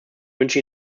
wünsche